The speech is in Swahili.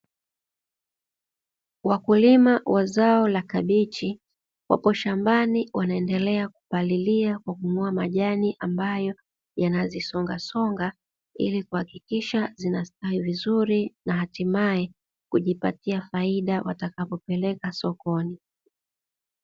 Wakulima wa zao la kabichi wapo shambani wanaendelea kupalilia kwa kung'oa majani ambayo yanazisongasonga, ili kuhakikisha zinastahili vizuri na hatimaye kujipatia faida watakapopeleka sokoni.